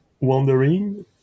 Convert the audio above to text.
wandering